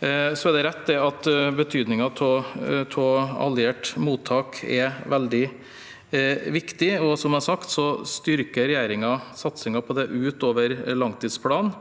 Det er rett at betydningen av alliert mottak er veldig viktig. Som jeg har sagt, styrker regjeringen satsingen på det utover langtidsplanen.